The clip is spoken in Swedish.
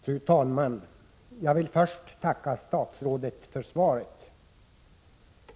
Fru talman! Jag vill först tacka statsrådet för svaret.